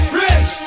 rich